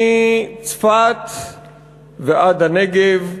מצפת ועד הנגב,